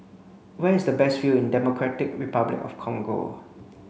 where is the best view in Democratic Republic of the Congo